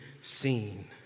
seen